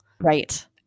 Right